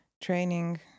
training